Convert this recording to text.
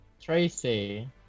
Tracy